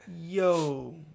Yo